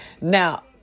Now